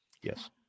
Yes